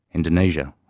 indonesia,